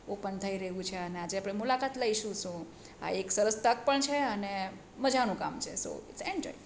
open થઈ રહ્યું છે ને આજે આપણે મુલાકાત લઈશું સો આ એક સરસ તક પણ છે અને મજાનું કામ છે સો જસ્ટ એન્જોય